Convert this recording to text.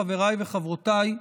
חבריי וחברותיי,